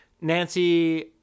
Nancy